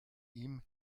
ihm